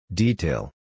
Detail